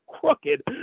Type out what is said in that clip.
crooked